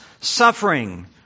suffering